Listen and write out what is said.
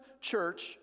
church